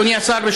אדוני השר,